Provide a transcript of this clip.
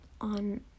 on